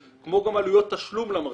כמו גם עלויות תשלום למרצה.